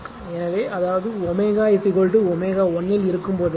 எனவே அதாவது ω ω 1 இல் இருக்கும் போதெல்லாம்